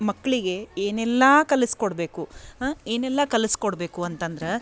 ಮಕ್ಕಳಿಗೆ ಏನೆಲ್ಲ ಕಲಸ್ಕೊಡಬೇಕು ಏನೆಲ್ಲ ಕಲಸ್ಕೊಡಬೇಕು ಅಂತಂದ್ರೆ